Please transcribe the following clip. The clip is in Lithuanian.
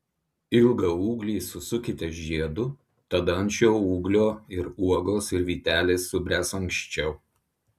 ilgą ūglį susukite žiedu tada ant šio ūglio ir uogos ir vytelės subręs anksčiau